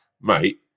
mate